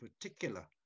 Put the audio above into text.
particular